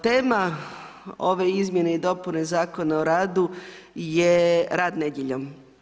Tema ove izmjene i dopune Zakona o radu, je rad nedjeljom.